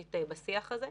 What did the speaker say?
משמעותית מאוד בשיח הזה.